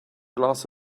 glass